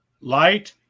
light